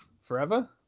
forever